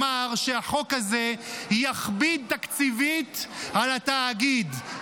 אמר שהחוק הזה יכביד תקציבית על התאגיד,